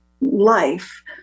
life